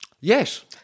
Yes